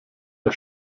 der